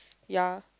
ya